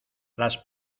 las